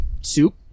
soup